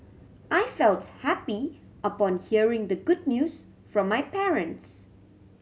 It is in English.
I felt happy upon hearing the good news from my parents